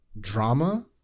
drama